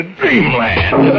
dreamland